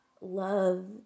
love